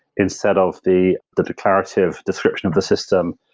instead of the the declarative description of the system,